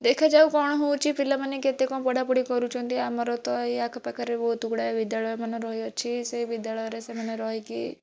ଦେଖା ଯାଉ କ'ଣ ହେଉଛି ପିଲାମାନେ କେତେ କ'ଣ ପଢ଼ା ପଢ଼ି କରୁଛନ୍ତି ଆମର ତ ଏଇ ଆଖ ପାଖରେ ବହୁତ ଗୁଡ଼ାଏ ବିଦ୍ୟାଳୟ ମାନ ରହି ଅଛି ସେ ବିଦ୍ୟାଳୟ ରେ ସେମାନେ ରହିକି